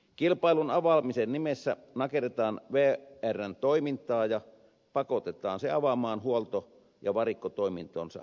kilpailun avaamisen nimissä nakerretaan vrn toimintaa ja pakotetaan se avaamaan huolto ja varikkotoimintonsa kilpailijoiden käyttöön